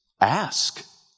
Ask